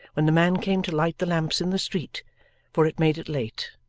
when the man came to light the lamps in the street for it made it late,